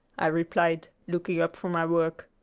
i replied, looking up from my work.